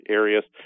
areas